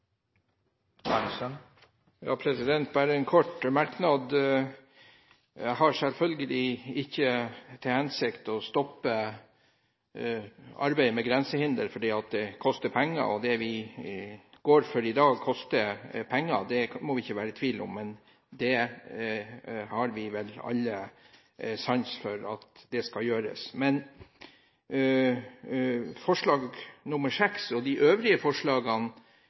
Bare en kort merknad: Jeg har selvfølgelig ikke til hensikt å stoppe arbeidet med grensehindre fordi det koster penger. Det vi går for i dag, koster penger, det må vi ikke være i tvil om, men vi har vel alle sans for at det skal gjøres. Når det gjelder forslag nr. 6 og de øvrige forslagene,